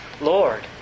Lord